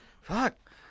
Fuck